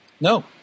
No